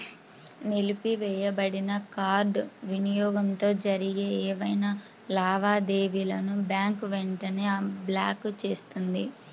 నిలిపివేయబడిన కార్డ్ వినియోగంతో జరిగే ఏవైనా లావాదేవీలను బ్యాంక్ వెంటనే బ్లాక్ చేస్తుంది